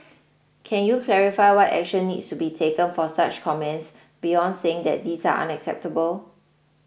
can you clarify what action needs to be taken for such comments beyond saying that these are unacceptable